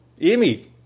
Amy